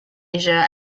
asia